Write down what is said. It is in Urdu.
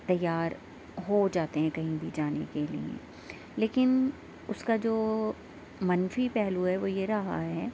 تیار ہو جاتے ہیں کہیں بھی جانے کے لئے لیکن اس کا جو منفی پہلو ہے وہ یہ رہا ہے